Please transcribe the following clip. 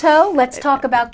tell let's talk about